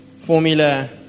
formula